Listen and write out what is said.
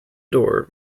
door